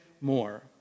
more